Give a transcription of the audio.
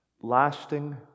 lasting